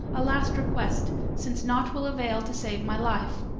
a last request, since nought will avail to save my life,